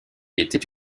était